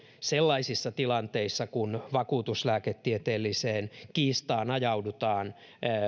sellaisissa tilanteissa kun ajaudutaan vakuutuslääketieteelliseen kiistaan